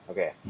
Okay